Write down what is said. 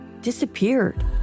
disappeared